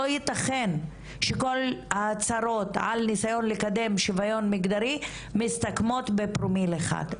לא יתכן שכל הצרות על ניסיון לקדם שוויון מגדרי מסתכמות בפרומיל אחד.